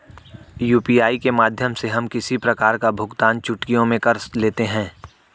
UPI के माध्यम से हम किसी प्रकार का भुगतान चुटकियों में कर लेते हैं